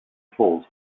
falls